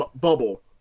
bubble